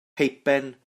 peipen